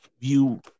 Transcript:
view